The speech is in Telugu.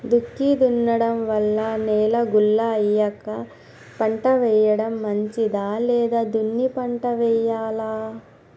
దుక్కి దున్నడం వల్ల నేల గుల్ల అయ్యాక పంట వేయడం మంచిదా లేదా దున్ని పంట వెయ్యాలా?